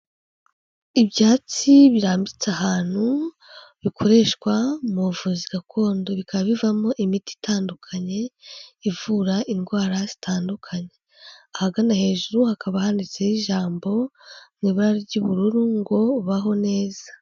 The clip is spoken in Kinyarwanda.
Ibyatsi birambitse ahantu, bikoreshwa mu buvuzi gakondo bikaba bivamo imiti itandukanye, ivura indwara zitandukanye. Ahagana hejuru hakaba handitseho ijambo mu ibara ry'ubururu ngo "baho neza".